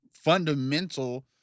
fundamental